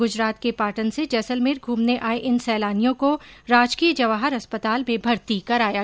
गुजरात के पाटन से जैसलमेर घूमने आये इन सैलानियों को राजकीय जवाहर अस्पताल में भर्ती कराया गया है